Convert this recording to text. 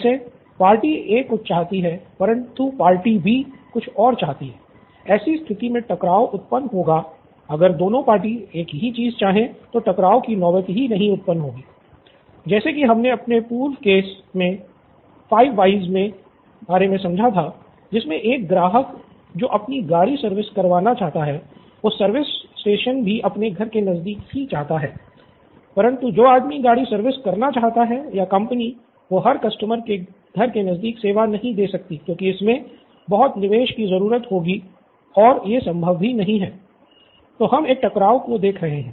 जैसे party A कुछ चाहती है परंतु पार्टी बी कुछ और चाहती है ऐसी स्थिति मे टकराव जो अपनी गाड़ी सर्विस करवाना चाहता है वो सर्विस स्टेशन भी अपने घर के नज़दीक ही चाहता है परंतु जो आदमी गाड़ी सर्विस करना चाहता है या कंपनी वो हर कस्टमर के घर के नज़दीक सेवा नहीं दे सकती क्योंकि इसमे बहुत निवेश की ज़रूरत होगी और ये संभव भी नहीं है तो हम एक टकराव को देख रहे हैं